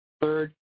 Third